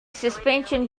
suspension